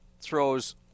throws